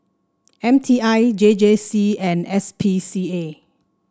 M T I J J C and S P C A